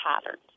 patterns